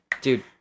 Dude